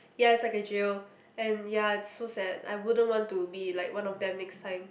ya is like a jail and ya it's so sad I wouldn't want to be like one of them next time